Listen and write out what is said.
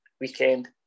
weekend